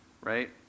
right